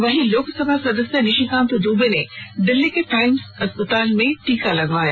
वहीं लोकसभा सदस्य निशिकांत दूबे ने दिल्ली के प्राइम्स अस्पताल में टीका लगवाया